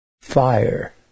fire